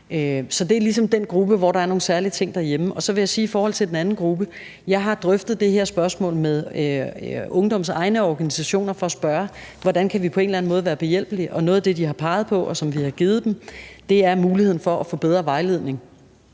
Så det er ligesom den gruppe, hvor der er nogle særlige ting derhjemme. Så vil jeg i forhold til den anden gruppe sige, at jeg har drøftet det her spørgsmål med ungdommens egne organisationer for at spørge om, hvordan vi på en eller anden måde kan være behjælpelige, og noget af det, de har peget på, og som vi har givet dem, er muligheden for at få bedre vejledning.